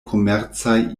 komercaj